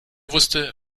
wusste